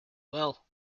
well